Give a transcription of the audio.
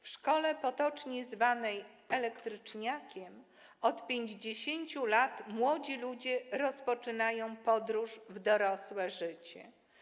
W szkole, potocznie zwanej Elektryczniakiem, od 50 lat młodzi ludzie rozpoczynają podróż w dorosłe życie.